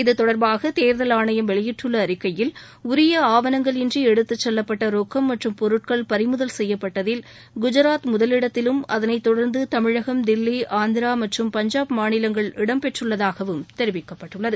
இதுதொடர்பாகதேர்தல் உரியஆவணங்கள் இன்றிஎடுத்துசெல்லப்பட்டரொக்கம் மற்றும் பொருட்கள் பறிமுதல் செய்யப்பட்டதில் குஜாத் முதலிடத்திலும் அதனைத் தொடர்ந்துதமிழகம் தில்லி ஆந்திராமற்றும் பஞ்சாப் மாநிலங்கள் இடம் பெற்றுள்ளதாகவும் தெரிவிக்கப்பட்டுள்ளது